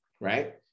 right